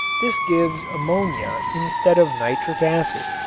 this gives ammonia instead of nitric acid,